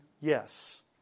Yes